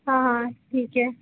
हाँ हाँ ठीक है